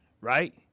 right